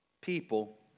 people